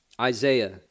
Isaiah